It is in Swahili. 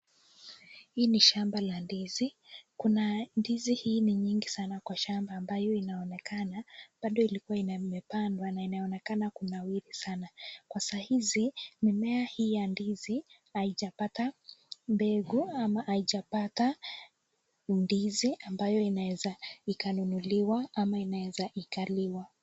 Hii ni shamba la ndizi. Kuna ndizi hii ni nyingi sana kwa shamba ambayo inaonekana bado ilikuwa inapandwa na inaonekana kunawiri sana. Kwa saa hizi mimmea hii ya ndizi haijapata mbegu ama haijapata ndizi ambayo inaweza ikanunuliwa ama inaweza ikaliwa.